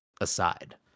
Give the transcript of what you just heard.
aside